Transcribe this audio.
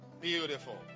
beautiful